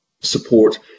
support